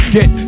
Get